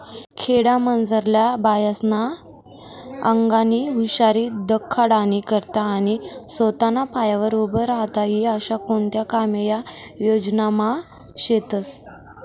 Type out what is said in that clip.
खेडामझारल्या बायास्ना आंगनी हुशारी दखाडानी करता आणि सोताना पायावर उभं राहता ई आशा कोणता कामे या योजनामा शेतस